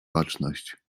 baczność